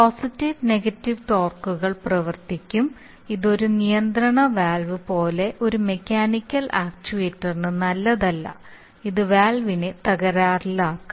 positive negative ടോർക്കുകൾ പ്രവർത്തിക്കും ഇത് ഒരു നിയന്ത്രണ വാൽവ് പോലുള്ള ഒരു മെക്കാനിക്കൽ ആക്ച്യുവേറ്ററിന് നല്ലതല്ല ഇത് വാൽവിനെ തകരാറിലാക്കാം